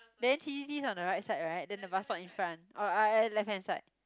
then T_C_T is on the right side then the bust stop in front orh left hand side